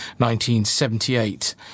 1978